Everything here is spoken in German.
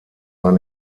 man